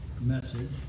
message